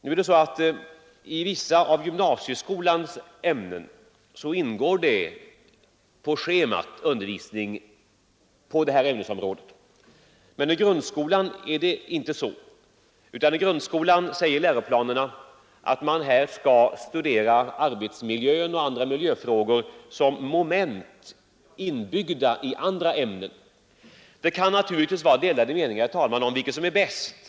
I vissa av gymnasieskolans linjer ingår särskild undervisning på detta område. Men i grundskolan är det inte så. I grundskolan skall man enligt läroplanerna studera arbetsmiljön och andra miljöfrågor som moment inbyggda i andra ämnen. Det kan naturligtvis finnas delade meningar om vilket som är bäst.